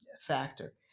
factor